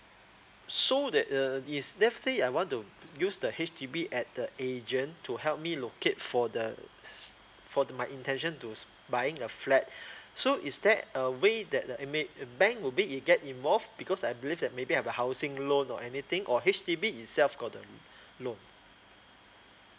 so that uh if let's say I want to use the H_D_B as the agent to help me locate for the for the my intention to buying a flat so is there a way that uh it may uh bank will may it get involved because I believe that maybe I've a housing loan or anything or H_D_B itself got the loan